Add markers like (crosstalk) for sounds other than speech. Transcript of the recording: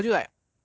(noise)